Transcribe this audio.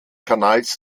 kanals